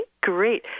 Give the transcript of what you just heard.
Great